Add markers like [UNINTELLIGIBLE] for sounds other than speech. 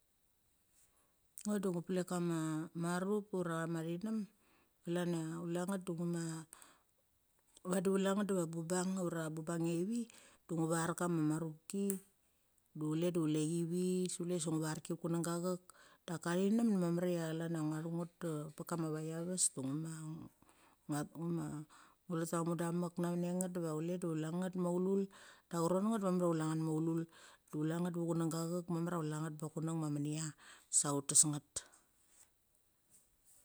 Ngo de ngu pelek kama marup ura chama thinem chaln [HESITATION] vadi chulenget de bubang ura bubang chia ive de ngu ver kama marubki [NOISE] de chule de chule thive se chule ngu verki vet kunangga achauk. Daka thinem mamar cha chlan ngo thunget pa ka ma vaia ves du ngu ma [UNINTELLIGIBLE] ngo let ta mudam mek nanek nget diva chule de chule nget maululu da arot nget de mamar cha chile nget maululu. De kule nget da kunangga auk da mamaria kule nget, pa kunang ma methia sa uttes nget.